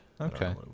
Okay